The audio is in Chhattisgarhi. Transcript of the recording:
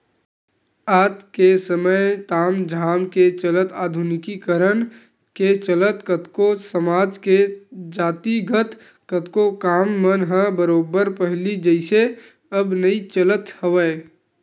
आज के समे ताम झाम के चलत आधुनिकीकरन के चलत कतको समाज के जातिगत कतको काम मन ह बरोबर पहिली जइसे अब नइ चलत हवय